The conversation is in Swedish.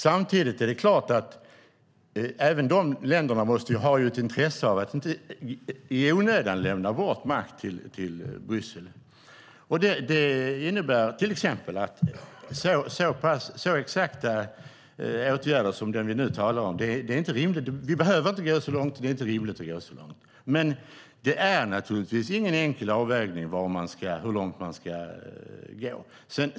Samtidigt är det klart att även de länderna har ett intresse av att inte i onödan lämna bort makt till Bryssel. Det innebär till exempel att så exakta åtgärder som dem vi nu talar om inte är rimliga. Vi behöver inte gå så långt, och det är inte rimligt att gå så långt. Det är naturligtvis ingen enkel avvägning hur långt man ska gå.